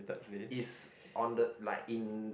it's on the like in